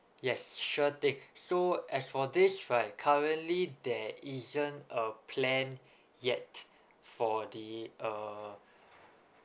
yes sure thing so as for this right currently there isn't a plan yet for the uh